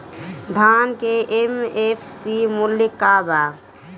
धान के एम.एफ.सी मूल्य का बा?